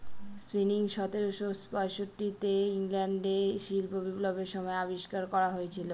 spinning সতেরোশো পয়ষট্টি তে ইংল্যান্ডে শিল্প বিপ্লবের সময় আবিষ্কার করা হয়েছিল